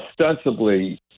ostensibly